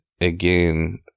again